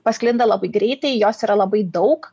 pasklinda labai greitai jos yra labai daug